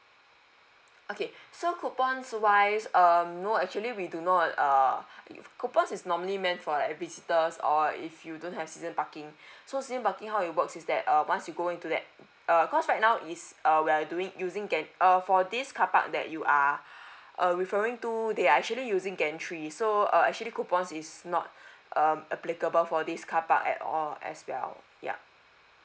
okay so coupons wise um no actually we do not err coupons is normally meant for like visitors or if you don't have season parking so season parking how it works is that uh once you go into that err cause right now is uh we are doing using gan~ uh for this carpark that you are uh referring to they are actually using gantry so uh actually coupons is not um applicable for this car park at all as well ya